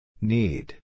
Need